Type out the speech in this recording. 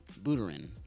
Buterin